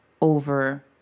over